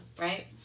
right